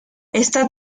esta